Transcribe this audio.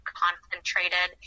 concentrated